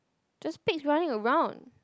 there pigs running around